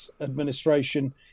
administration